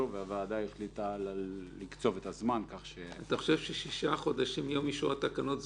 על כן אנחנו חייבים שישה חודשים בוודאות מלאה עם תמונה מלאה מול עינינו.